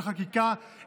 בחקיקה,